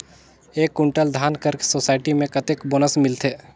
एक कुंटल धान कर सोसायटी मे कतेक बोनस मिलथे?